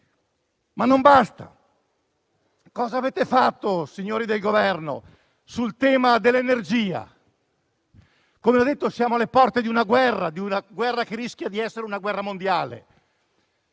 Ma non basta. Cosa avete fatto, signori del Governo, sul tema dell'energia? Come ho detto, siamo alle porte di una guerra che rischia di essere mondiale.